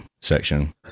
section